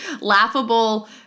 laughable